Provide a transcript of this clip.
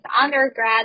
undergrad